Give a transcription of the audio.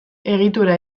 egitura